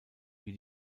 wie